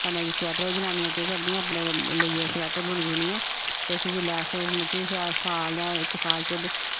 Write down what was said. कन्नै स्वेटर जनानियां केह् करदियां अपने लेइयै स्वेटर बुनी बुनियै फिर जेल्लै अस इक साल च